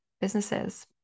businesses